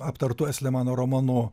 aptartu estlemano romanu